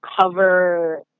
cover